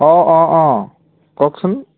অঁ অঁ অঁ কওকচোন